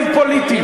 פוליטי.